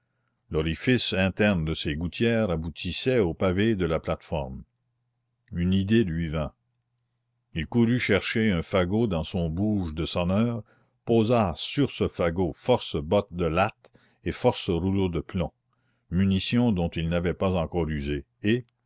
l'orifice interne de ces gouttières aboutissait au pavé de la plate-forme une idée lui vint il courut chercher un fagot dans son bouge de sonneur posa sur ce fagot force bottes de lattes et force rouleaux de plomb munitions dont il n'avait pas encore usé et